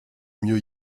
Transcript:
mieux